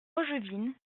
angevine